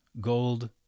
Gold